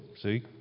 See